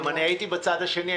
גם אני הייתי בצד השני,